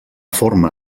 forma